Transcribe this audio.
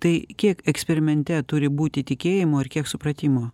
tai kiek eksperimente turi būti tikėjimo ir kiek supratimo